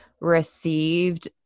received